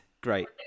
Great